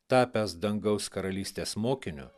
tapęs dangaus karalystės mokiniu